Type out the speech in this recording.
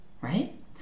right